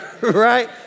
right